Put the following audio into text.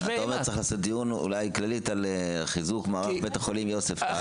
אתה אומר שצריך לקיים דיון כללי על חיזוק מערך בית החולים יוספטל.